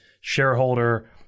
shareholder